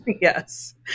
Yes